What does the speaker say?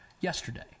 yesterday